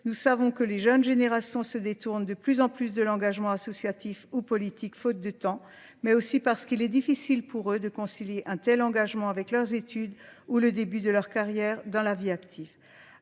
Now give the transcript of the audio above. Nous savons que les jeunes générations se détournent de plus en plus de l'engagement associatif ou politique faute de temps, mais aussi parce qu'il est difficile pour eux de concilier un tel engagement avec leurs études ou le début de leur carrière dans la vie active.